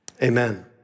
Amen